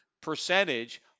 percentage